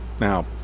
Now